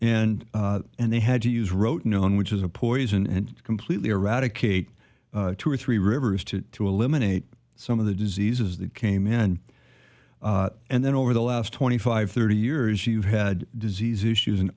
and and they had to use wrote known which is a poison and completely eradicate two or three rivers to to eliminate some of the diseases that came in and then over the last twenty five thirty years you had disease issues in